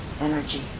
energy